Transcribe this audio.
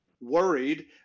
worried